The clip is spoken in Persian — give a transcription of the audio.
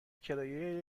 کرایه